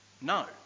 no